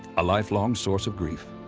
a lifelong source of grief.